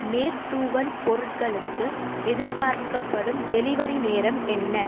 மேற்தூவல் பொருட்களுக்கு எதிர்பார்க்கப்படும் டெலிவரி நேரம் என்ன